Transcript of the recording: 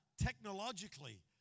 technologically